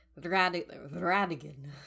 Radigan